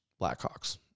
Blackhawks